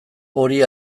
hori